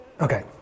okay